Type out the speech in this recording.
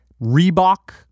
Reebok